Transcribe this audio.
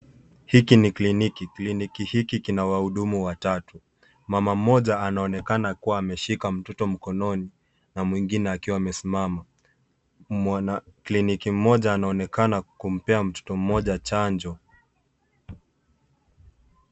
Hiki ni kliniki, kliniki hiki kina wahudumu watatu, mama mmoja anaonekana kua ameshika mtoto mkononi na mwingine akiwa amesimama, mwanakliniki mmoja anaonekana kumpea mtoto mmoja chanjo.